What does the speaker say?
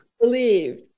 Believe